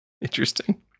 Interesting